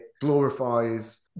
glorifies